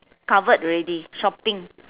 covered already shopping